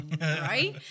right